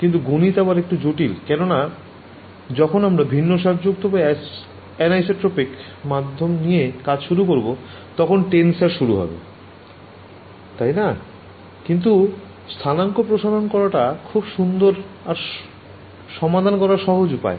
কিন্তু গনিত আবার একটু জটিল কেননা যখন আমরা ভিন্নসারযুক্ত মাধ্যম নিয়ে কাজ শুরু করবো তখন টেনসর শুরু হবে তাই না কিন্তু স্থানাঙ্ক প্রসারণ করাটা খুব সুন্দর ব্যপার আর সমাধান করার সহজ উপায়